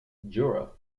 jura